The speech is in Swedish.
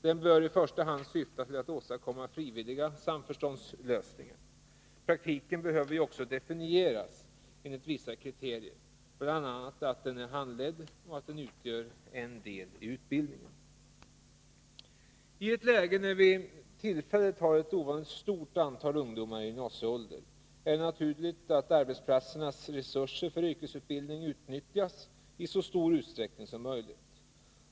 Den bör i första hand syfta till att åstadkomma frivilliga samförståndslösningar. Praktiken behöver ju också definieras enligt vissa kriterier, bl.a. att den är handledd och att den utgör del i utbildningen. I ett läge när vi tillfälligt har ett ovanligt stort antal ungdomar i gymnasieåldern är det naturligt att arbetsplatsernas resurser för yrkesutbildning utnyttjas i så stor utsträckning som möjligt.